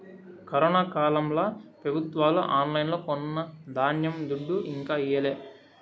corona కాలంల పెబుత్వాలు ఆన్లైన్లో కొన్న ధాన్యం దుడ్డు ఇంకా ఈయలే